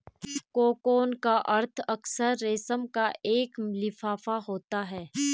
cocoon का अर्थ अक्सर रेशम का एक लिफाफा होता है